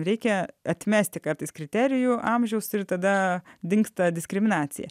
reikia atmesti kartais kriterijų amžiaus ir tada dingsta diskriminacija